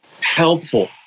helpful